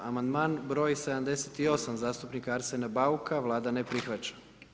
Amandman broj 78. zastupnik Arsena Bauka, Vlada ne prihvaća.